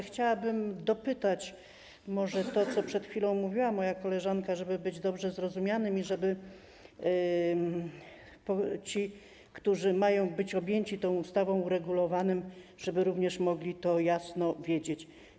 Chciałabym dopytać może o to, o czym przed chwilą mówiła moja koleżanka, żeby to było dobrze zrozumiane i żeby ci, którzy mają być objęci tą ustawą, tym uregulowaniem, również mogli to jasno wiedzieć.